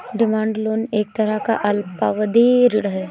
demand loan एक तरह का अल्पावधि ऋण है